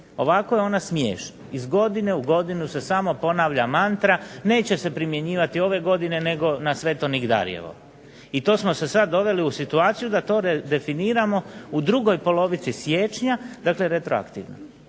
Ovako je ona smiješna, iz godine u godinu se samo ponavlja mantra neće se primjenjivati ove godine nego na sveto nigdarjevo. I to smo se sad doveli u situaciju da to definiramo u drugoj polovici siječnja dakle retroaktivno.